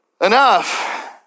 enough